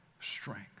strength